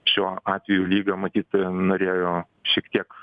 šiuo atveju lyga matyt norėjo šiek tiek